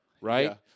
right